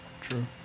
true